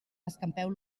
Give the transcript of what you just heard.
escampeu